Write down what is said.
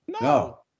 No